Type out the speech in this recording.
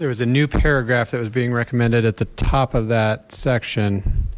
there was a new paragraph that was being recommended at the top of that section